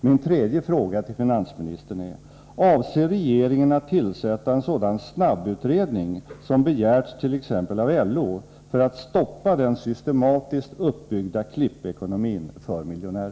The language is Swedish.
Min tredje fråga till finansminis tern är: Avser regeringen att tillsätta en sådan snabbutredning som begärtsav Nr 118 t.ex. LO, för att stoppa den systematiskt uppbyggda klippekonomin för